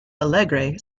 alegre